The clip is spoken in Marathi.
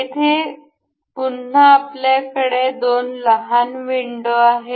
येथे पुन्हा आपल्याकडे दोन लहान विंडो आहेत